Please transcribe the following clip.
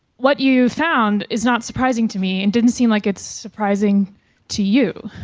what you found is not surprising to me and didn't seem like it's surprising to you.